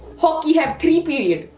hockey has three periods,